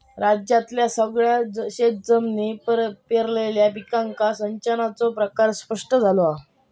राज्यातल्यो सगळयो शेतजमिनी पेरलेल्या पिकांका सिंचनाचो प्रकार स्पष्ट झाला असा